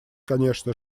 конечно